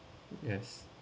yes